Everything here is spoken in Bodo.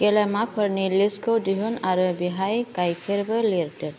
गेलामालफोरनि लिस्टखौ दिहुन आरो बेवहाय गायखेरबो लिरदेर